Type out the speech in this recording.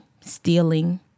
stealing